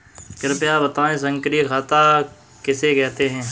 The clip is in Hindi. कृपया बताएँ सक्रिय खाता किसे कहते हैं?